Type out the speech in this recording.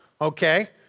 Okay